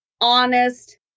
honest